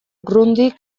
grundig